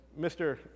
Mr